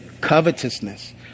Covetousness